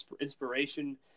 inspiration